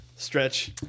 Stretch